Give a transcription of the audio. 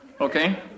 Okay